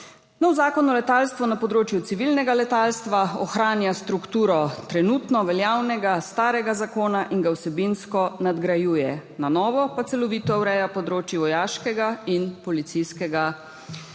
Novi Zakon o letalstvu na področju civilnega letalstva ohranja strukturo trenutno veljavnega starega zakona in ga vsebinsko nadgrajuje, na novo pa celovito ureja področje vojaškega in policijskega letalstva.